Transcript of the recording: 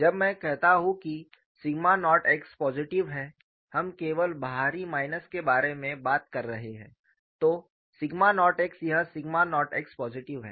जब मैं कहता हूं कि सिग्मा नॉट x पॉजिटिव है हम केवल बाहरी माइनस के बारे में बात कर रहे हैं तो सिग्मा नॉट x यह सिग्मा नॉट x पॉजिटिव है